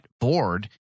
board